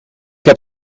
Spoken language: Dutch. heb